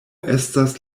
estas